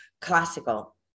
classical